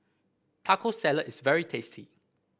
Taco Salad is very tasty